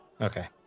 Okay